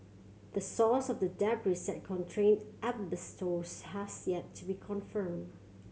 the source of the debris that contained asbestos has yet to be confirmed